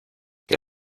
que